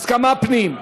הסכמה, פנים.